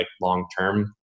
long-term